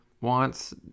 wants